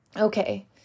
Okay